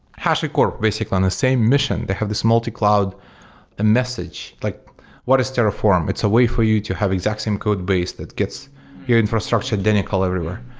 hashicorp, basically, on a same mission. they have this multi-cloud message. like what is terrform? it's a way for you to have exact same codebase that gets your infrastructure identical everywhere.